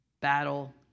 battle